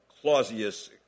Clausius